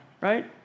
Right